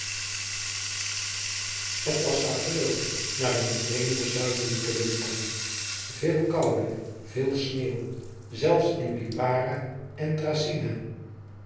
het was april na een vreemden zuidelijken winter veel koude veel sneeuw zelfs in lipara en thracyna